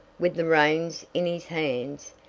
with the reins in his hands,